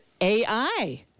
AI